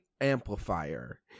Amplifier